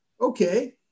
Okay